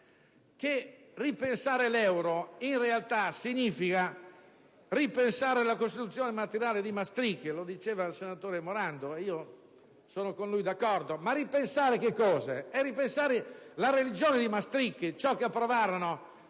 che ripensare l'euro in realtà significa ripensare alla costituzione materiale di Maastricht (lo diceva il senatore Morando, e io sono d'accordo con lui). Ma ripensare che cosa? Ripensare la religione di Maastricht, ciò che approvarono